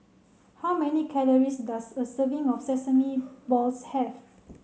how many calories does a serving of Sesame Balls have